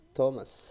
Thomas